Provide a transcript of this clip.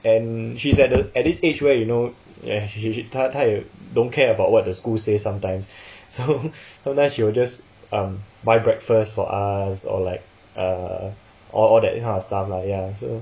and she's at the at this age where you know ya she she 她她也 don't care about what the school say sometimes so sometimes she will just um buy breakfast for us or like err or all all that kind of stuff lah ya so